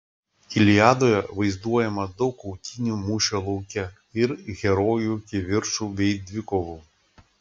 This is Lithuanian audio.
iliadoje vaizduojama daug kautynių mūšio lauke ir herojų kivirčų bei dvikovų